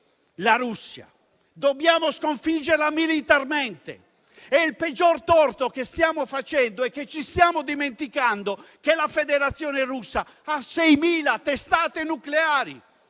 è che noi dobbiamo sconfiggere la Russia militarmente e il peggior torto che stiamo facendo è che ci siamo dimenticando che la Federazione Russa ha 6.000 testate nucleari.